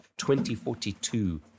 2042